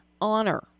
honor